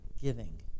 Giving